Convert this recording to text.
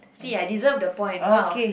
see I deserve the point !wah!